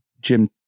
Jim